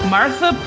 Martha